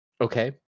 Okay